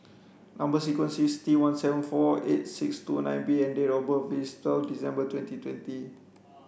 number sequence is T one seven four eight six two nine B and date of birth is twelve December twenty twenty